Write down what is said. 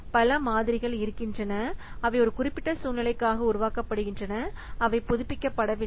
பல மாதிரிகள் இருக்கின்றன அவை ஒரு குறிப்பிட்ட சூழ்நிலைக்காக உருவாக்கப்படுகின்றன அவை புதுப்பிக்கப்படவில்லை